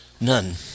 None